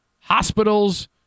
hospitals